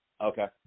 Okay